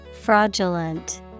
Fraudulent